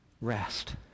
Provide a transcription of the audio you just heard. Rest